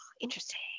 Interesting